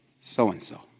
so-and-so